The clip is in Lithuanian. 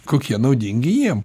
kokie naudingi jiem